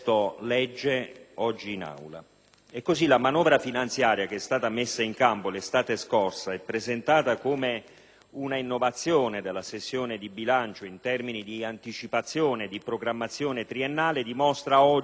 Così la manovra finanziaria che è stata messa in campo l'estate scorsa e presentata come un'innovazione della sessione di bilancio in termini di anticipazione e di programmazione triennale dimostra oggi tutti i suoi limiti,